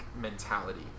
mentality